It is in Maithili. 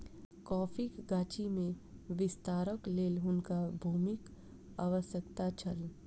कॉफ़ीक गाछी में विस्तारक लेल हुनका भूमिक आवश्यकता छल